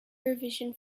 revision